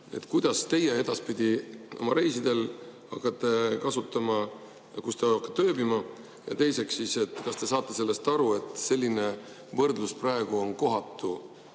mida teie edaspidi oma reisidel hakkate kasutama? Kus te hakkate ööbima? Ja teiseks: kas te saate aru sellest, et selline võrdlus praegu on kohatu?